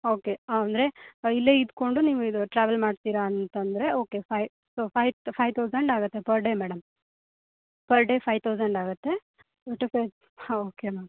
okay ಅಂದರೆ ಇಲ್ಲೇ ಇದ್ದುಕೊಂಡು ನೀವು ಇದು ಟ್ರಾವೆಲ್ ಮಾಡ್ತೀರ ಅಂತಂದರೆ okay five so five five thousand ಆಗುತ್ತೆ per day madam per day five thousand ಆಗುತ್ತೆ ಹಾಂ ಓಕೆ ಮ್ಯಾಮ್